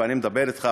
אני מדבר אתך,